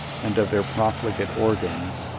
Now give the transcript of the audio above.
and of their profligate organs,